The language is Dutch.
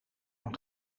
een